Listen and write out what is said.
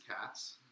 cats